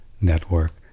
network